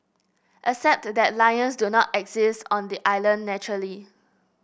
except that lions do not exist on the island naturally